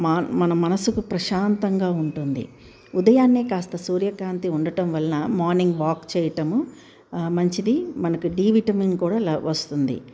మా మన మనసుకు ప్రశాంతంగా ఉంటుంది ఉదయాన్నే కాస్త సూర్యకాంతి ఉండటం వల్ల మార్నింగ్ వాక్ చేయటము మంచిది మనకు డి విటమిన్ కూడా ల వస్తుంది